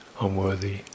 unworthy